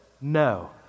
no